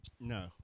No